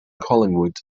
collingwood